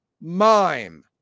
mime